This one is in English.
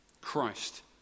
Christ